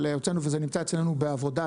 אבל הוצאנו וזה נמצא אצלנו בעבודה.